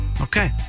Okay